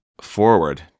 forward